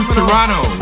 Toronto